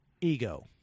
ego